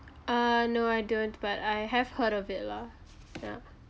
uh no I don't but I have heard of it lah yeah